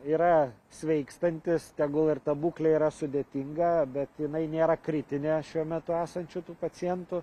yra sveikstantys tegul ir ta būklė yra sudėtinga bet jinai nėra kritinė šiuo metu esančių tų pacientų